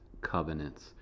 covenants